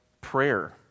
prayer